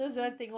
mmhmm